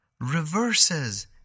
reverses